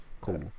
Cool